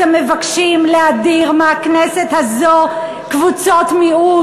אתם מבקשים להדיר מהכנסת הזאת קבוצות מיעוט.